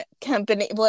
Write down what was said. company